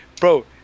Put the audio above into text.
Bro